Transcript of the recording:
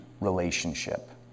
relationship